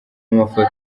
amafoto